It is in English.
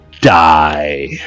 die